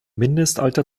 mindestalter